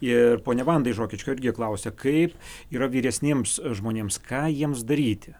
ir ponia vanda iš rokiškio irgi klausia kaip yra vyresniems žmonėms ką jiems daryti